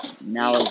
Now